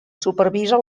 supervisa